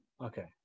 okay